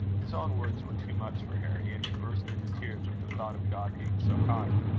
his own words were too much for harry, and he burst into tears at the thought of god being so kind.